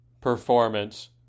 Performance